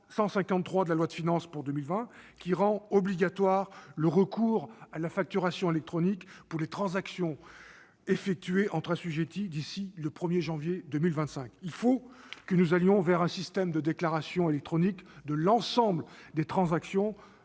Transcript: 153 de la loi de finances pour 2020, qui rend obligatoire le recours à la facturation électronique pour les transactions effectuées entre assujettis d'ici au 1 janvier 2025. Il faut que nous allions vers un système de déclaration électronique de l'ensemble des transactions :